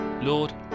Lord